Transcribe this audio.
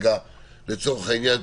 לצורך העניין,